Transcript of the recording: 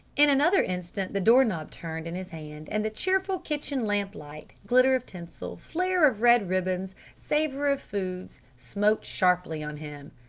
in another instant the door-knob turned in his hand, and the cheerful kitchen lamp-light glitter of tinsel flare of red ribbons savor of foods, smote sharply on him.